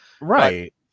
right